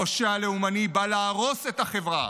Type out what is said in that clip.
הפושע הלאומני בא להרוס את החברה,